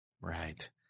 Right